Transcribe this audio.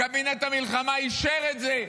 קבינט המלחמה אישר את זה,